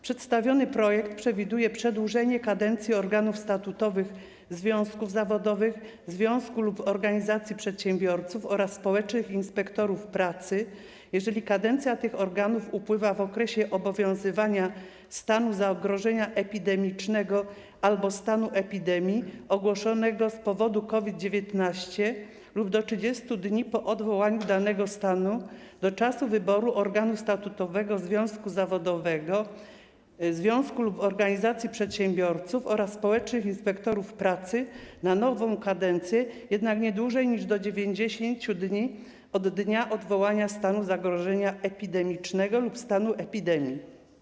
Przedstawiony projekt przewiduje przedłużenie kadencji organów statutowych związków zawodowych, związku lub organizacji przedsiębiorców oraz społecznych inspektorów pracy, jeżeli kadencja tych organów upływa w okresie obowiązywania stanu zagrożenia epidemicznego albo stanu epidemii ogłoszonego z powodu COVID-19 lub do 30 dni po odwołaniu danego stanu, do czasu wyboru organu statutowego związku zawodowego, związku lub organizacji przedsiębiorców oraz społecznych inspektorów pracy na nową kadencję, jednak nie dłużej niż do 90 dni od dnia odwołania stanu zagrożenia epidemicznego lub stanu epidemii.